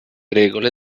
regole